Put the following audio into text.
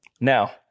now